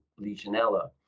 Legionella